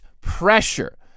pressure